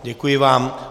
Děkuji vám.